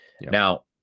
now